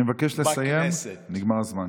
אני מבקש לסיים, נגמר הזמן.